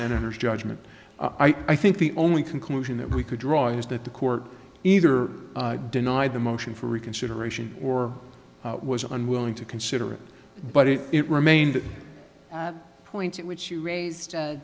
senator's judgment i think the only conclusion that we could draw is that the court either denied the motion for reconsideration or was unwilling to consider it but it it remained points in which you raised